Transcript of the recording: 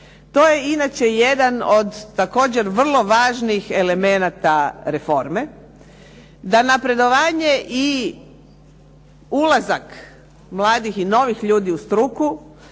To je inače jedan od također vrlo važnih elemenata reforme, da napredovanje i ulazak mladih i novih ljudi u struku